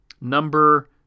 Number